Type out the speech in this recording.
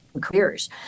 careers